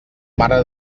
mare